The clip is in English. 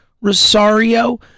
Rosario